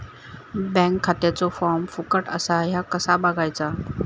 Bank खात्याचो form फुकट असा ह्या कसा बगायचा?